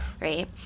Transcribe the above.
Right